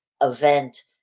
event